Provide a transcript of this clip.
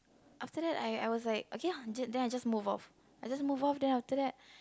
after that I I was like okay ah just then I just move off I just move off then after that